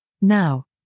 Now